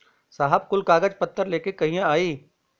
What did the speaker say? साहब कुल कागज पतर लेके कहिया आई?